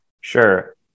Sure